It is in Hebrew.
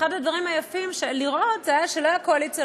אחד הדברים היפים לראות זה שלא הייתה קואליציה,